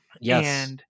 Yes